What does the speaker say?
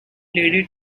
lady